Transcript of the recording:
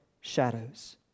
shadows